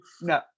No